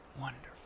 Wonderful